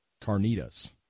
carnitas